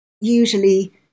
usually